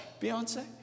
Beyonce